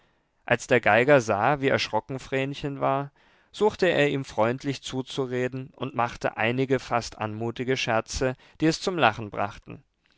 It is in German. als der geiger sah wie erschrocken vrenchen war suchte er ihm freundlich zuzureden und machte einige fast anmutige scherze die es zum lachen brachten